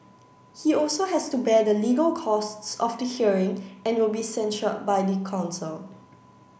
he also has to bear the legal costs of the hearing and will be censured by the council